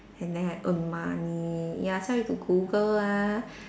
and then I earn money ya so I got Google lah